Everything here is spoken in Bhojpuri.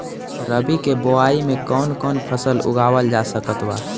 रबी के बोआई मे कौन कौन फसल उगावल जा सकत बा?